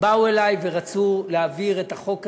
באו אלי ורצו להעביר את החוק הזה,